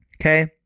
Okay